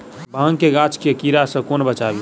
भांग केँ गाछ केँ कीड़ा सऽ कोना बचाबी?